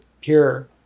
pure